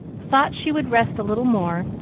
thought she would rest a little more,